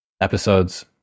episodes